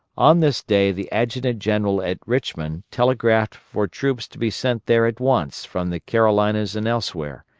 on this day the adjutant-general at richmond telegraphed for troops to be sent there at once from the carolinas and elsewhere,